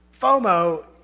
FOMO